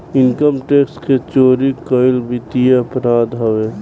income tax के चोरी कईल वित्तीय अपराध हवे